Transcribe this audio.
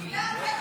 גלעד,